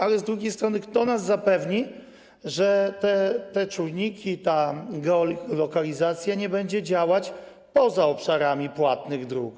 Ale z drugiej strony kto nas zapewni, że te czujniki, ta geolokalizacja, nie będą działać poza obszarami płatnych dróg?